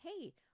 hey